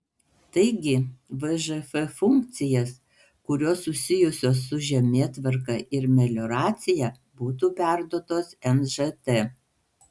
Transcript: taigi vžf funkcijas kurios susijusios su žemėtvarka ir melioracija būtų perduotos nžt